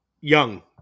Young